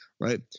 right